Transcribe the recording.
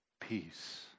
peace